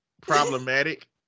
problematic